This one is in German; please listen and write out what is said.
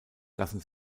lassen